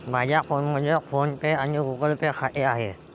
माझ्या फोनमध्ये PhonePe आणि गुगल पे खाते आहे